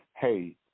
Hey